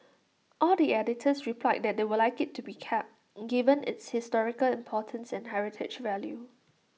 all the editors replied that they would like IT to be kept given its historical importance and heritage value